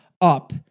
up